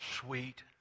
sweet